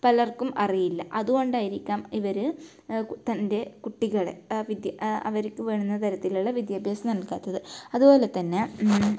പലർക്കും അറിയില്ല അതുകൊണ്ടായിരിക്കാം ഇവർ തൻ്റെ കുട്ടികളെ അവർക്ക് വേണ്ടുന്ന തരത്തിലുള്ള വിദ്യാഭ്യാസം നൽകാത്തത് അതുപോലെ തന്നെ